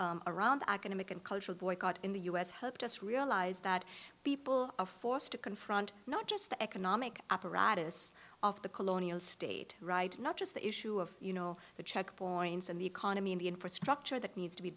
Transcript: organizing around academic and cultural boycott in the u s helped us realize that people are forced to confront not just the economic apparatus of the colonial state right not just the issue of you know the checkpoints and the economy and the infrastructure that needs to be